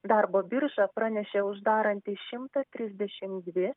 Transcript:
darbo birža pranešė uždaranti šimtą trisdešim dvi